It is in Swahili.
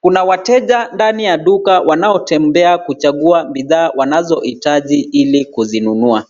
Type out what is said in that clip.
Kuna wateja ndani ya duka wanao tembea kuchagua bidhaa wanazo hitaji ili kuzinunua.